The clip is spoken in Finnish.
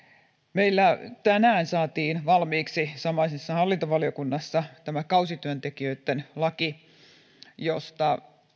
meillä tänään saatiin valmiiksi samaisessa hallintovaliokunnassa tämä kausityöntekijöitten laki josta